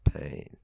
pain